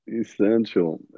Essential